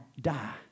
die